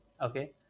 Okay